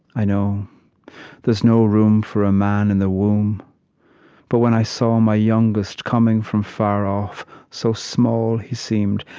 i know there's no room for a man in the womb but when i saw my youngest coming from far off so small he seemed,